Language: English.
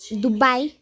Dubai